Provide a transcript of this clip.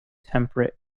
temperate